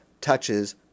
touches